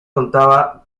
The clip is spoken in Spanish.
contaba